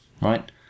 right